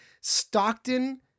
Stockton